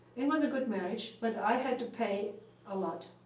it was a good marriage, but i had to pay a lot.